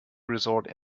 resort